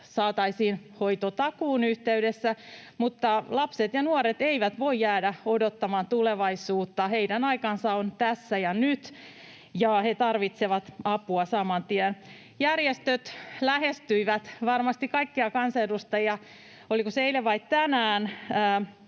saataisiin hoitotakuun yhteydessä, mutta lapset ja nuoret eivät voi jäädä odottamaan tulevaisuutta. Heidän aikansa on tässä ja nyt, ja he tarvitsevat apua saman tien. Järjestöt lähestyivät varmasti kaikkia kansanedustajia, oliko se eilen vai tänään,